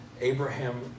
Abraham